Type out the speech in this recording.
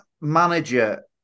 manager